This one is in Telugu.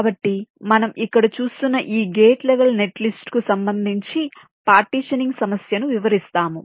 కాబట్టి మనము ఇక్కడ చూస్తున్న ఈ గేట్ లెవెల్ నెట్లిస్ట్కు సంబంధించి పార్టీషనింగ్ సమస్యను వివరిస్తాము